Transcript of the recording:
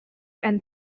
and